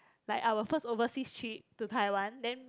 like our first overseas trip to Taiwan then